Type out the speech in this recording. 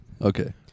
Okay